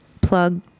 plug